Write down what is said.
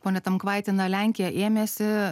pone tamkvaiti na lenkija ėmėsi